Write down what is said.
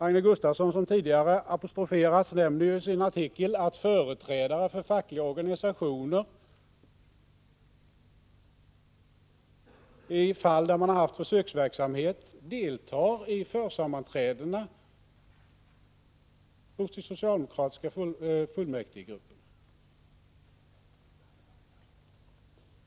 Agne Gustafsson, som tidigare apostroferades, nämner i sin artikel att företrädare för fackliga organisationer i fall där man har haft försöksverksamhet deltar i försammanträdena hos socialdemokratiska fullmäktigegrupper.